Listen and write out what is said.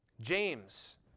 James